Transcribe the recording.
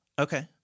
Okay